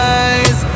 eyes